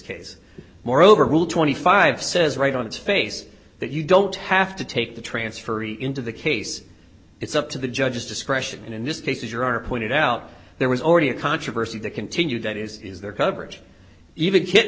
case moreover rule twenty five says right on its face that you don't have to take the transfer into the case it's up to the judge's discretion in this case as your honor pointed out there was already a controversy that continued that is is there coverage even kit